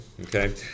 okay